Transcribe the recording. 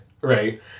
Right